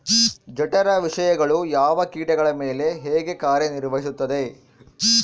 ಜಠರ ವಿಷಯಗಳು ಯಾವ ಕೇಟಗಳ ಮೇಲೆ ಹೇಗೆ ಕಾರ್ಯ ನಿರ್ವಹಿಸುತ್ತದೆ?